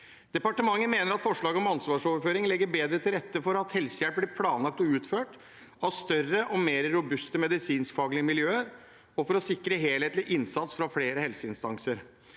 Departementet mener at forslaget om ansvarsoverføring legger bedre til rette for at helsehjelp blir planlagt og utført av større og mer robuste medisinskfaglige miljøer, og for å sikre helhetlig innsats fra flere helseinnsatser.